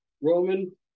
Roman